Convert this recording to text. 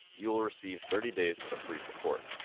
you will receive thirty days of free support.